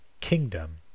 kingdom